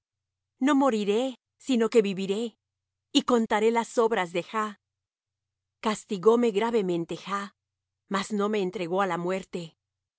no moriré sino que viviré y contaré las obras de jah castigóme gravemente jah mas no me entregó á la muerte